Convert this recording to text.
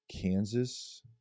Kansas